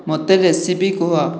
ମୋତେ ରେସିପି କୁହ